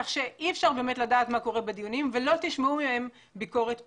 כך שאי אפשר באמת לדעת מה קורה בדיונים ולא תשמעו ממנו ביקורת פומבית.